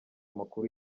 amakuru